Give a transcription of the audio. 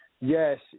Yes